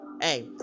hey